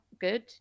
good